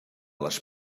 les